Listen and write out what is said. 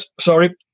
sorry